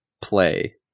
play